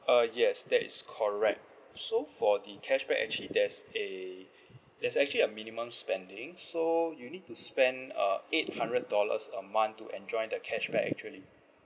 uh yes that is correct so for the cashback actually there's a there's actually a minimum spending so you need to spend uh eight hundred dollars a month to enjoy the cashback actually